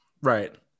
Right